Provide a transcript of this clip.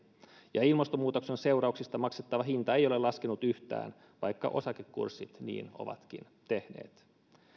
ja ilmastonmuutoksen seurauksista maksettava hinta ei ole laskenut yhtään vaikka osakekurssit niin ovatkin tehneet